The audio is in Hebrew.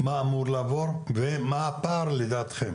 מה אמור לעבור ומה הפער לדעתכם.